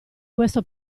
questo